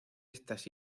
estas